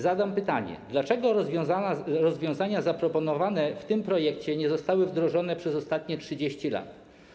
Zadam pytanie: Dlaczego rozwiązania zaproponowane w tym projekcie nie zostały wdrożone przez ostatnie 30 lat?